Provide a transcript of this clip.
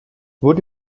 would